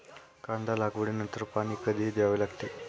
कांदा लागवडी नंतर पाणी कधी द्यावे लागते?